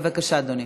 בבקשה, אדוני.